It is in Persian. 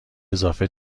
اضافه